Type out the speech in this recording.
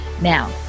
Now